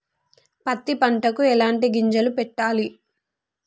పత్తి పంటకి ఎలాంటి గింజలు పెట్టాలి?